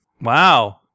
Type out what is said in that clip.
Wow